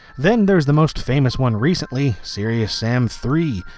then there's the most famous one recently, serious sam three,